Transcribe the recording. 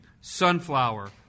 Sunflower